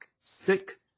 Sick